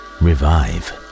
revive